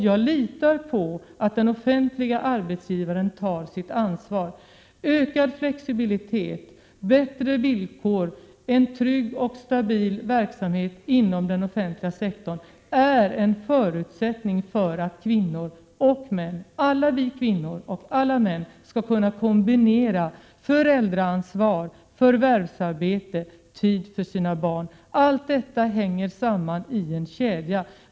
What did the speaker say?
Jag litar på att den offentlige arbetsgivaren tar sitt ansvar. Ökad flexibilitet, bättre villkor, en trygg och stabil verksamhet inom den offentliga sektorn är en förutsättning för att alla vi kvinnor och alla män skall kunna kombinera föräldraansvar och förvärvsarbete och ges tid för sina barn. Allt detta hänger samman i en kedja.